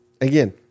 Again